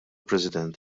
president